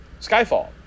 Skyfall